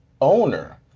owner